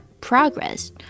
progress